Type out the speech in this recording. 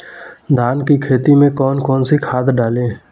धान की खेती में कौन कौन सी खाद डालें?